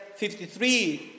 53